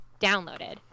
downloaded